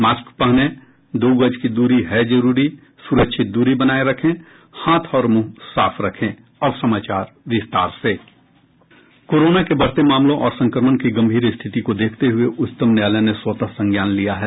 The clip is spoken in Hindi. मास्क पहनें दो गज दूरी है जरूरी सुरक्षित दूरी बनाये रखें हाथ और मुंह साफ रखें कोरोना के बढ़ते मामलों और संक्रमण की गम्भीर स्थिति को देखते हुये उच्चतम न्यायालय ने स्वतः संज्ञान लिया है